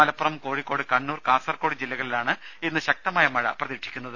മലപ്പുറം കോഴിക്കോട് കണ്ണൂർ കാസർകോട് ജില്ലകളിലാണ് ഇന്ന് ശക്തമായ മഴ പ്രതീക്ഷിക്കുന്നത്